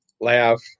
Laugh